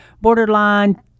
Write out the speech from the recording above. borderline